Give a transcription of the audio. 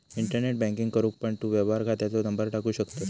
internet banking करूक पण तू व्यवहार खात्याचो नंबर टाकू शकतंस